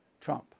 Trump